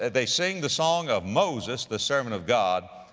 and they sing the song of moses, the servant of god,